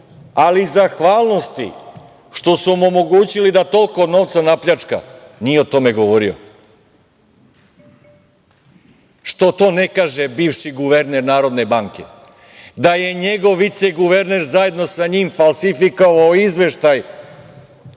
ali iz zahvalnosti što su mu omogućili da toliko novca napljačka nije o tome govorio. Što to ne kaže bivši guverner Narodne banke, da je njegov viceguverner zajedno sa njim falsifikovao Izveštaj